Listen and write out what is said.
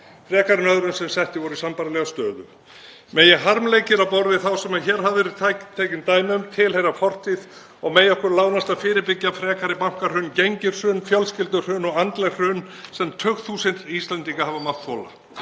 frekar en öðrum sem settir voru í sambærilega stöðu. Megi harmleikir á borð við þá sem hér hafa verið tekin dæmi um tilheyra fortíð og megi okkur lánast að fyrirbyggja frekari bankahrun, gengishrun, fjölskylduhrun og andleg hrun sem tugþúsundir Íslendinga hafa mátt þola.